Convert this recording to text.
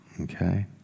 okay